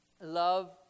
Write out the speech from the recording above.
love